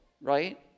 right